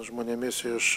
žmonėmis iš